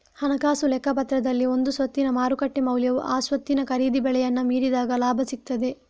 ಹಣಕಾಸು ಲೆಕ್ಕಪತ್ರದಲ್ಲಿ ಒಂದು ಸ್ವತ್ತಿನ ಮಾರುಕಟ್ಟೆ ಮೌಲ್ಯವು ಆ ಸ್ವತ್ತಿನ ಖರೀದಿ ಬೆಲೆಯನ್ನ ಮೀರಿದಾಗ ಲಾಭ ಸಿಗ್ತದೆ